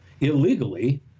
illegally